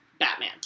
Batman